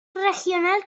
regional